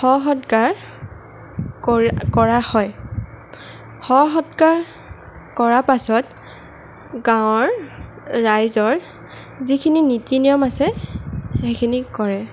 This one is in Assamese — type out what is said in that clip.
শ সৎকাৰ কৰি কৰা হয় শ সৎকাৰ কৰা পাছত গাঁৱৰ ৰাইজৰ যিখিনি নীতি নিয়ম আছে সেইখিনি কৰে